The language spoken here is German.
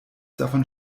davon